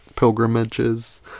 pilgrimages